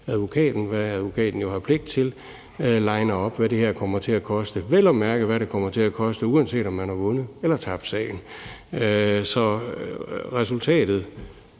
advokaten, hvad advokaten har pligt til, liner op, hvad det her kommer til at koste, vel at mærke, hvad det kommer til at koste, uanset om man har vundet eller tabt sagen. Så resultatet